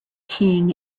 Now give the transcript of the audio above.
king